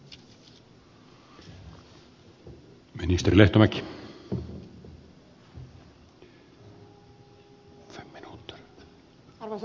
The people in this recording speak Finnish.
arvoisa puhemies